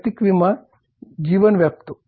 वैयक्तिक विमा जीवन व्यापतो